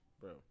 Bro